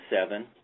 seven